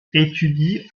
étudie